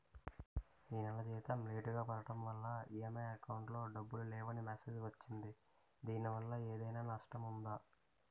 ఈ నెల జీతం లేటుగా పడటం వల్ల ఇ.ఎం.ఐ అకౌంట్ లో డబ్బులు లేవని మెసేజ్ వచ్చిందిదీనివల్ల ఏదైనా నష్టం ఉందా?